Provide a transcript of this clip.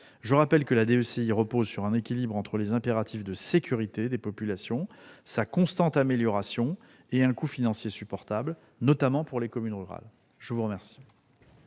Je rappelle que la DECI repose sur un équilibre entre les impératifs que sont la sécurité des populations, la constante amélioration de la DECI et un coût financier supportable, notamment pour les communes rurales. La parole